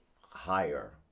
higher